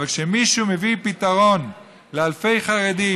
אבל כשמישהו מביא פתרון לאלפי חרדים,